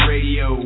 Radio